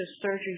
surgery